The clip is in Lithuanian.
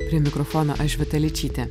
prie mikrofono aš vita ličytė